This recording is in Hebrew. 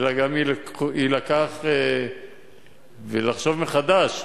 אלא גם יילקח, ולחשוב מחדש